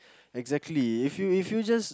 exactly if you if you just